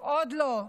עוד לא?